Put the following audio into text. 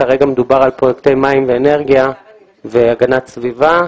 כרגע מדובר על פרויקטי מים ואנרגיה והגנת הסביבה,